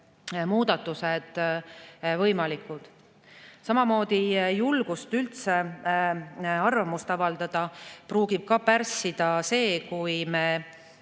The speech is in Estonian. muudatused võimalikud. Samamoodi julgust arvamust üldse avaldada pruugib pärssida ka see, kui me